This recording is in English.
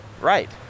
Right